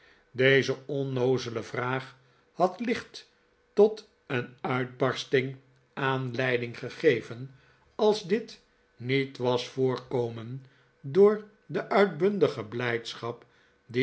deze onnoozele vraag had licht tot een uitbarsting aanleiding gegeven als dit niet was voorkomen door de uitbundige blijdschap